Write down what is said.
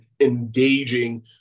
engaging